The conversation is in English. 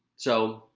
so,